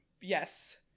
yes